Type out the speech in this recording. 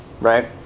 Right